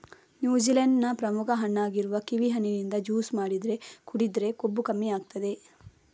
New Zealand ನ ಪ್ರಮುಖ ಹಣ್ಣಾಗಿರುವ ಕಿವಿ ಹಣ್ಣಿನಿಂದ ಜ್ಯೂಸು ಮಾಡಿ ಕುಡಿದ್ರೆ ಕೊಬ್ಬು ಕಮ್ಮಿ ಆಗ್ತದೆ